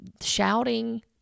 shouting